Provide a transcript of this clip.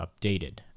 updated